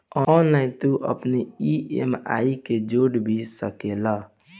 online तू अपनी EMI के जोड़ भी सकेला